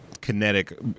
kinetic